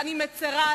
ואני מצרה,